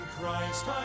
Christ